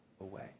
away